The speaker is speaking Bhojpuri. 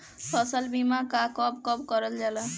फसल बीमा का कब कब करव जाला?